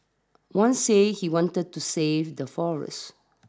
one said he wanted to save the forests